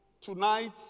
tonight